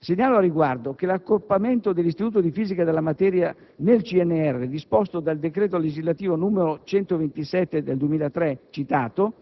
Segnalo al riguardo che l'accorpamento dell'Istituto di fisica della materia nel CNR, disposto dal decreto legislativo n. 127 del 2003 citato,